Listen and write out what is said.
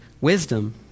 wisdom